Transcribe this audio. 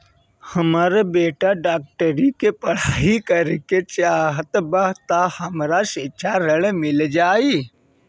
हमर बेटा डाक्टरी के पढ़ाई करेके चाहत बा त हमरा शिक्षा ऋण मिल जाई?